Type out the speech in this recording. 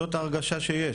זאת ההרגשה שיש.